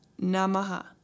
Namaha